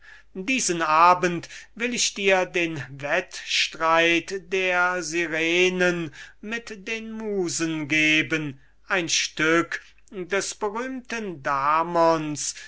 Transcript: diesen abend will ich dir den wettstreit der sirenen und der musen geben ein stück des berühmten